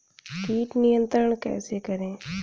कीट नियंत्रण कैसे करें?